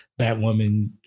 Batwoman